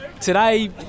today